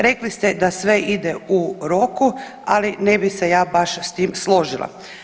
Rekli ste da sve ide u roku, ali ne bi se ja baš s tim složila.